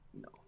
No